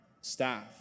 staff